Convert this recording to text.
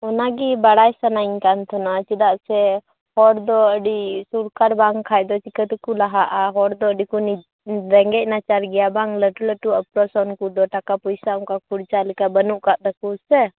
ᱚᱱᱟᱜᱮ ᱵᱟᱲᱟᱭ ᱥᱟᱱᱟᱧ ᱠᱟᱱ ᱛᱟᱦᱮᱱᱟ ᱪᱮᱫᱟᱜ ᱥᱮ ᱦᱚᱲᱫᱚ ᱟ ᱰᱤ ᱥᱚᱨᱠᱟᱨ ᱵᱟᱝᱠᱷᱟᱱ ᱫᱚ ᱪᱤᱠᱟ ᱛᱮᱠᱚ ᱞᱟᱦᱟᱜ ᱟ ᱦᱚᱲᱫᱚ ᱟ ᱰᱤ ᱠᱚ ᱨᱮᱸᱜᱮᱡ ᱱᱟᱪᱟᱨ ᱜᱮᱭᱟ ᱵᱟᱝ ᱞᱟ ᱴᱩ ᱞᱟ ᱴᱩ ᱚᱯᱨᱮᱥᱚᱱ ᱠᱚᱫᱚ ᱴᱟᱠᱟ ᱯᱩᱭᱥᱟᱹ ᱚᱱᱠᱟ ᱠᱷᱚᱨᱪᱟ ᱞᱮᱠᱟ ᱵᱟ ᱱᱩᱜ ᱟᱠᱟᱫ ᱛᱟᱠᱚᱣᱟ ᱥᱮ